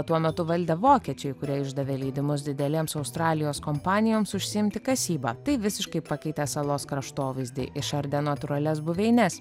tuo metu valdė vokiečiai kurie išdavė leidimus didelėms australijos kompanijoms užsiimti kasyba tai visiškai pakeitė salos kraštovaizdį išardė natūralias buveines